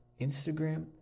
Instagram